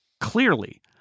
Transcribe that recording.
clearly